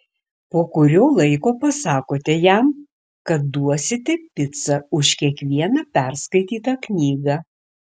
po kurio laiko pasakote jam kad duosite picą už kiekvieną perskaitytą knygą